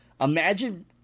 imagine